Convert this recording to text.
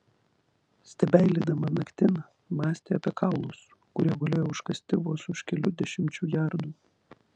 stebeilydama naktin mąstė apie kaulus kurie gulėjo užkasti vos už kelių dešimčių jardų